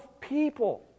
people